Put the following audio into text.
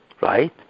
right